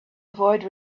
avoid